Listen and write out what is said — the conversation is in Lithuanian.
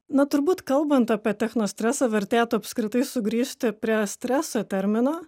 na turbūt kalbant apie technostresą vertėtų apskritai sugrįžti prie streso termino